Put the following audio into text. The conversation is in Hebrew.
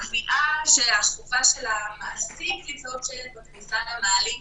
הקביעה שהחובה של המעסיק לתלות שלט בכניסה למעלית